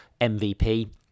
mvp